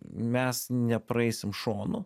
mes nepraeisim šonu